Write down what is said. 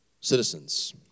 citizens